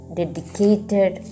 dedicated